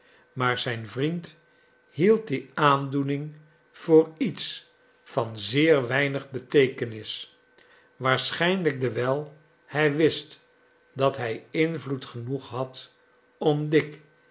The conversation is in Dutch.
maar zijn vriend hield die aandoening voor iets van zeer weinig beteekenis waarschijnlijk dewijl hij wist dat hij invloed genoeg had